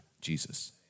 Jesus